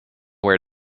where